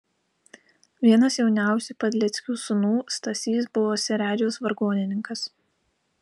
vienas jauniausių padleckių sūnų stasys buvo seredžiaus vargonininkas